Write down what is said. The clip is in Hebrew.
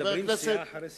מדברים סיעה אחרי סיעה.